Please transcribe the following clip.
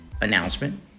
announcement